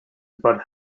about